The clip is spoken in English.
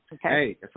Hey